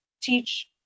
teach